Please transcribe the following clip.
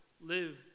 live